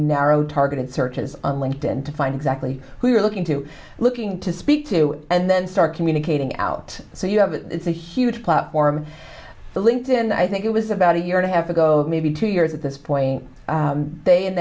narrow targeted searches on linked in to find exactly who you're looking to looking to speak to and then start communicating out so you have a it's a huge platform to linked in i think it was about a year and a half ago maybe two years at this point they